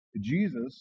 Jesus